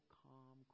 calm